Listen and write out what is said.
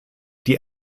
die